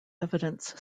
evidence